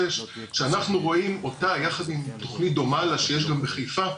שאנחנו רואים אותה יחד עם תוכנית דומה לה שיש גם בחיפה,